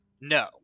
no